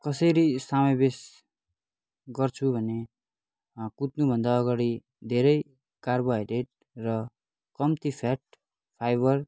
कसरी समावेश गर्छु भने कुद्नुभन्दा अगाडि धेरै कार्बोहाइड्रेट र कम्ती फ्याट फाइबर